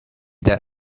that